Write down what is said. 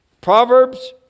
Proverbs